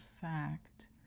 fact